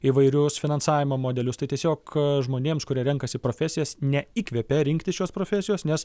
įvairius finansavimo modelius tai tiesiog žmonėms kurie renkasi profesijas neįkvepia rinktis šios profesijos nes